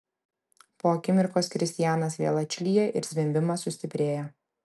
po akimirkos kristianas vėl atšlyja ir zvimbimas sustiprėja